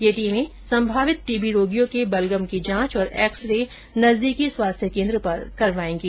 ये टीमें संभावित टीबी रोगियों के बलगम की जांच और एक्सरे नजदीकी स्वास्थ्य केंद्र पर सम्पादित करवाएंगी